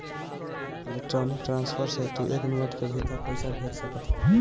electronic transfer से तू एक मिनट के भीतर पईसा भेज सकत हवअ